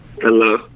Hello